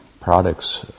products